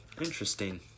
Interesting